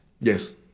Yes